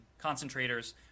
concentrators